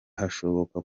hashoboka